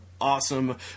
awesome